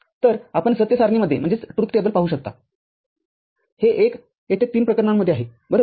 तर आपण सत्य सारणीमध्ये पाहू शकताहे १ येथे तीन प्रकरणांमध्ये आहे बरोबर